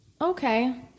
okay